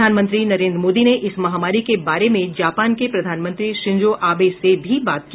प्रधानमंत्री मोदी ने इस महामारी के बारे में जापान के प्रधानमंत्री शिंजो आबे से भी बात की